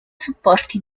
supporti